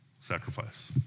sacrifice